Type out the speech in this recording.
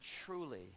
truly